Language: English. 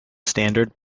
standard